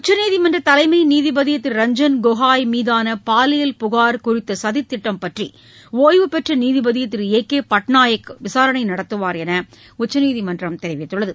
உச்சநீதிமன்ற தலைமை நீதிபதி திரு ரஞ்ஜன் கோகோய் மீதான பாலியல் புகார் குறித்த சதித் திட்டம் பற்றி ஓய்வுபெற்ற நீதிபதி திரு ஓ கே பட்நாயக் விசாரணை நடத்துவா் என உச்சநீதிமன்றம் தெரிவித்துள்ளது